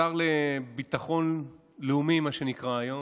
השר לביטחון לאומי, מה שנקרא היום,